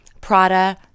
Prada